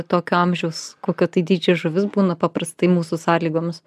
tokio amžiaus kokio tai dydžio žuvis būna paprastai mūsų sąlygomis